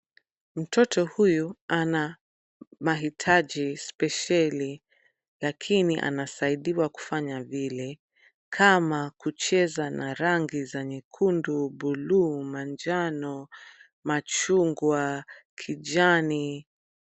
Mtoto huyu ana mahitaji spesheli lakini anasaidiwa kufanya vile kama kucheza na rangi za nyekundu, buluu, manjano, machungwa, kijani.